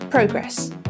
progress